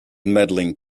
medaling